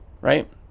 right